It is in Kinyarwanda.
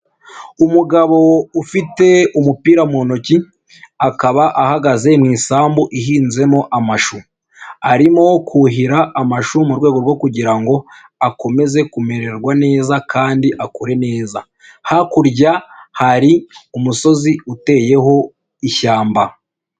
Umugabo ufite umupira mu ntoki akaba ahagaze mu isambu ihinzemo amashu, arimo kuhira amashu mu rwego rwo kugira ngo akomeze kumererwa neza kandi akure neza, hakurya hari umusozi uteyeho ishyamba.